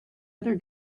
other